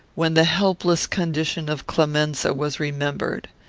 when the helpless condition of clemenza was remembered.